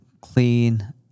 clean